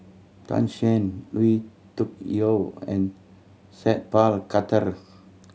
Tan Shen Lui Tuck Yew and Sat Pal Khattar